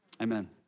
Amen